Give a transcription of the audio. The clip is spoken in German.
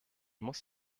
muss